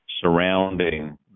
surrounding